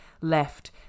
left